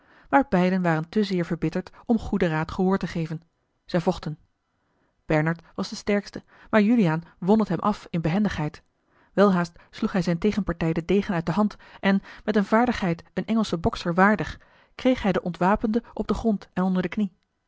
maar beiden waren te zeer verbitterd om goeden raad gehoor te geven zij vochten bernard was de sterkste maar juliaan won het hem af in behendigheid welhaast sloeg hij zijne tegenpartij den degen uit de hand en met eene vaardigheid eene engelschen bokserwaardig kreeg hij den ontwapende op den grond en onder de knie